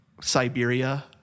Siberia